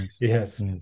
Yes